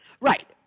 Right